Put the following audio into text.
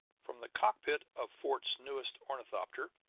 from the cockpit of fort's newest ornithopter,